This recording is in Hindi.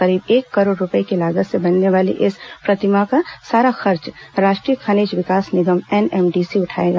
करीब एक करोड़ रूपये की लागत से बनने वाली इस प्रतिमा का सारा खर्च राष्ट्रीय खनिज विकास निगम एनएमडीसी उठाएगा